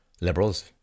liberals